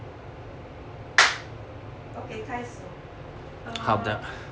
okay 开始 err